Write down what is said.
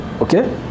Okay